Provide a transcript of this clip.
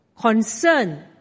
concern